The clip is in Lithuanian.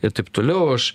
ir taip toliau aš